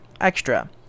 extra